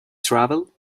travel